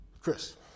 Chris